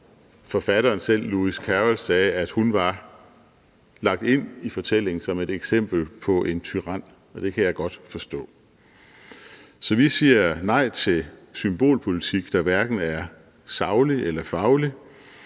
Forfatteren selv, Lewis Carroll, sagde, at hun var lagt ind i fortællingen som et eksempel på en tyran, og det kan jeg godt forstå. Så vi siger nej til symbolpolitik, der hverken er saglig eller faglig,